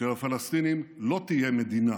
שלפלסטינים לא תהיה מדינה